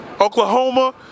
Oklahoma